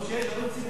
טוב שיש ערוץ ציבורי.